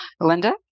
Linda